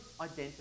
identity